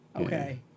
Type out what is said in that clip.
okay